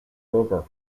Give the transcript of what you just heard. rubber